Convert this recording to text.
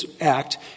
act